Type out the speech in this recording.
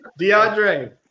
DeAndre